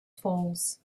falls